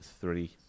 three